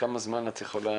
כמה זמן, את יכולה